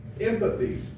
Empathy